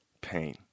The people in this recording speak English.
pain